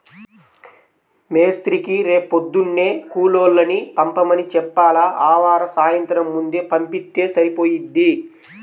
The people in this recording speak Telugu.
మేస్త్రీకి రేపొద్దున్నే కూలోళ్ళని పంపమని చెప్పాల, ఆవార సాయంత్రం ముందే పంపిత్తే సరిపోయిద్ది